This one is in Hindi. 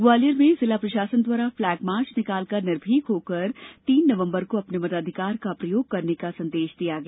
ग्वालियर में जिला प्रशासन द्वारा फ्लेगमार्च निकालकर निर्भीक होकर तीन नवंबर को अपने मताधिकार का प्रयोग करने का संदेश दिया गया